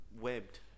webbed